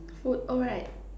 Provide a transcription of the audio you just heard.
food oh right